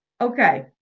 okay